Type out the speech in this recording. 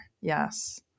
yes